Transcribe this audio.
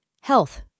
Health